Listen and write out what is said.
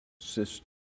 sister